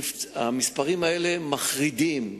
המספרים האלה מחרידים,